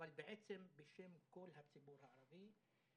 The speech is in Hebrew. אבל בעצם כל הציבור הערבי,